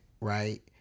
right